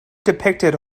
depicted